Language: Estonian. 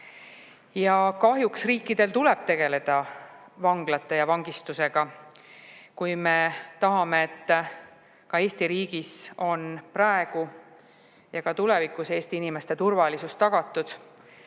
Ja kahjuks riigil tuleb tegeleda vanglate ja vangistusega, kui me tahame, et Eesti riigis on praegu ja ka tulevikus inimeste turvalisus tagatud